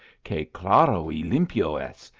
que claro y limpio es!